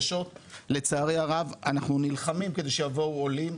לצערי הרבה אנחנו נלחמים כדי שיבואו עולים.